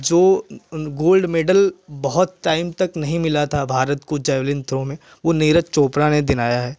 जो gold medal बहुत time तक नहीं मिला था भारत को जेव्लिंग थ्रो में वह नीरज चोपड़ा ने दिलाया है